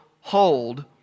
hold